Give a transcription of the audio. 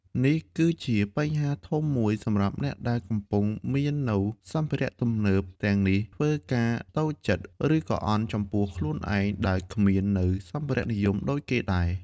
នេះគីជាបញ្ហាធំមួយសម្រាប់អ្នកដែលពុំមាននូវសម្ភារៈទំនើបទាំងនេះធ្វើការតូចចិត្តឬក៏អន់ចំពោះខ្លួនឯងដែលគ្មាននៅសម្ភារៈនិយមដូចគេដែរ។